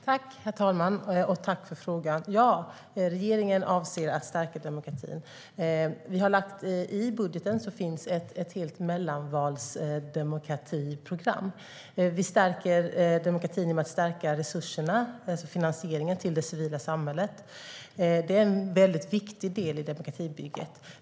Herr talman! Jag tackar för frågan. Ja, regeringen avser att stärka demokratin. I budgeten finns ett helt mellanvalsdemokratiprogram. Vi stärker demokratin genom att stärka resurserna, alltså finansieringen, till det civila samhället. Det är en viktig del i demokratibygget.